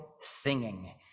singing